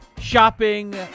Shopping